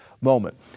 moment